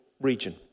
region